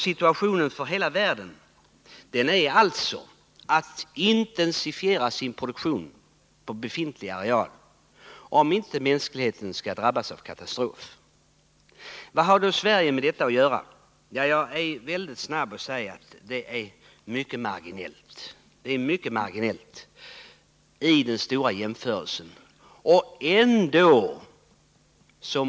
Situationen för hela världen är således att vi måste intensifiera produktionen på befintlig areal, om inte mänskligheten skall drabbas av katastrof. Vad har då Sverige med detta att göra? Jag är mycket snabb att säga att vi spelar en mycket marginell roll i den stora jämförelsen.